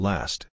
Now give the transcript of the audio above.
Last